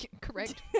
Correct